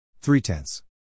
Three-tenths